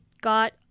got